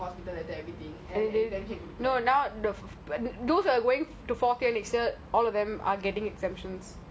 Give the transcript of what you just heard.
I mean the exemptions you haven't get that what if you get all the letter and the exemptions is there